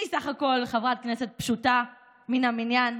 אני בסך הכול חברת כנסת פשוטה, מן המניין,